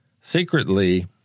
secretly